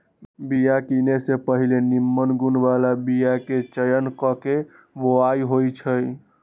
बिया किने से पहिले निम्मन गुण बला बीयाके चयन क के बोआइ होइ छइ